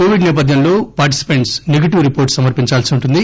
Covid సేపథ్యంలో participants negative report సమర్పించాల్సి ఉంటుంది